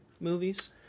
movies